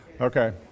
Okay